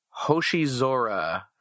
Hoshizora